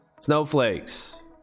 Snowflakes